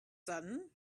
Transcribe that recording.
sudden